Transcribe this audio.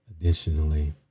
Additionally